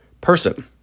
person